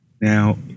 Now